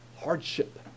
hardship